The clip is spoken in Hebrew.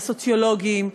הסוציולוגיים.